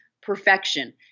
perfection